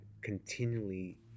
continually